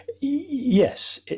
Yes